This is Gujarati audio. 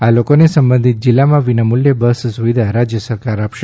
આ લોકોને સંબંધીત જિલ્લામાં વિનામૂલ્યે બસ સુવિધા રાજ્ય સરકાર આપશે